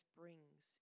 brings